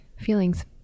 Feelings